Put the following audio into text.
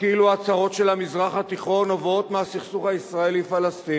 שכאילו הצרות של המזרח התיכון נובעות מהסכסוך ישראלי-פלסטיני,